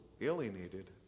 alienated